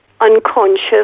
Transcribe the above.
unconscious